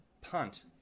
punt